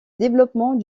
développement